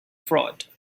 fraud